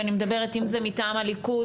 ואני מדברת אם זה מטעם הליכוד,